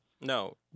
No